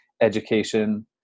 education